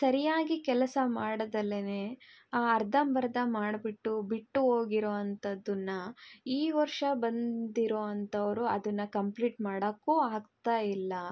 ಸರಿಯಾಗಿ ಕೆಲಸ ಮಾಡ್ದಲೆ ಅರ್ಧಂಬರ್ಧ ಮಾಡಿಬಿಟ್ಟು ಬಿಟ್ಟು ಹೋಗಿರೋ ಅಂಥದ್ದನ್ನು ಈ ವರ್ಷ ಬಂದಿರೋ ಅಂಥವ್ರು ಅದನ್ನು ಕಂಪ್ಲೀಟ್ ಮಾಡೋಕ್ಕೂ ಆಗ್ತಾ ಇಲ್ಲ